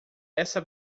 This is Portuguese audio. essa